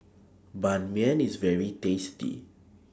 Ban Mian IS very tasty